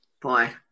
boy